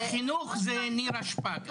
חינוך זה נירה שפק.